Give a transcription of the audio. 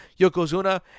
Yokozuna